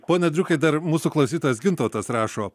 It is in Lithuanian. pone driukai dar mūsų klausytojas gintautas rašo